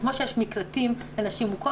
כמו שיש מקלטים לנשים מוכות,